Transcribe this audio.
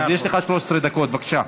אז יש לך 13 דקות, בבקשה.